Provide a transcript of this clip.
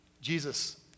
Jesus